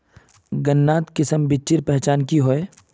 गन्नात किसम बिच्चिर पहचान की होय?